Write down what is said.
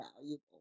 valuable